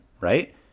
right